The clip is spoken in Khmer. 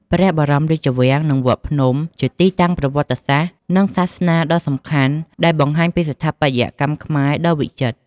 ព្រះបរមរាជវាំងនិងវត្តភ្នំ ជាទីតាំងប្រវត្តិសាស្ត្រ និងសាសនាដ៏សំខាន់ ដែលបង្ហាញពីស្ថាបត្យកម្មខ្មែរដ៏វិចិត្រ។